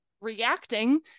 reacting